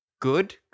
good